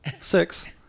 six